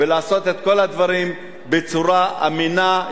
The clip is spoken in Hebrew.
לעשות את כל הדברים בצורה אמינה,